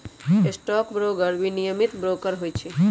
stock broker विनियमित broker होइ छइ